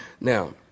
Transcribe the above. Now